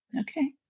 Okay